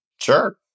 sure